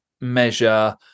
measure